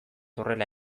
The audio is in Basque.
horrela